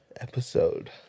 episode